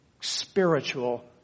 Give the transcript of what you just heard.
spiritual